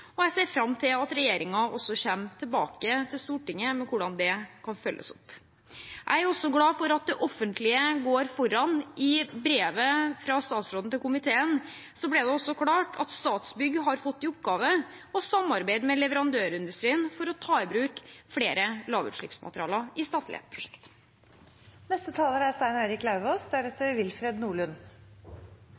og jeg ser fram til at regjeringen kommer tilbake til Stortinget med hvordan det kan følges opp. Jeg er også glad for at det offentlige går foran. I brevet fra statsråden til komiteen ble det klart at Statsbygg har fått i oppgave å samarbeide med leverandørindustrien for å ta i bruk flere lavutslippsmaterialer i statlige prosjekter. Dette er